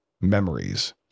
memories